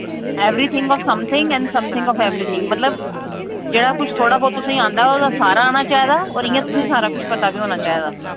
everything of something and something of everything मतलब जेह्ड़ा कुछ थोह्ड़ा ब्हौत तुसें गी आंदा ओह्दा सारा आना चाहिदा और इ'यां तुसें सारा किश पता बी होना चाहिदा